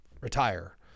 retire